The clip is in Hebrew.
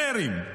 פשלונרים.